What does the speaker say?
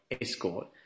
Escort